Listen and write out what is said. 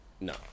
No